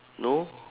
no